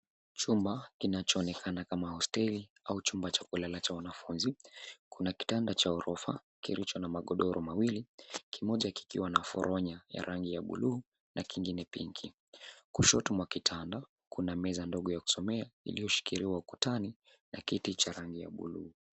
Chumba kinachoonekana kama hosteli au chumba cha kulala cha wanafunzi. Kuna kitanda cha ghorofa kilicho na magodoro mawili, kimoja kikiwa na foronya ya rangi ya blue na kingine pink . Kushoto mwa kitanda kuna meza ndogo ya kusomea iliyoshikiliwa ukutani na kiti cha rangi ya blue .